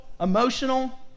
emotional